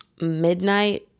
midnight